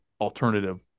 alternative